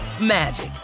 magic